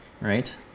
right